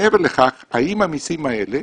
מעבר לכך, האם המסים האלה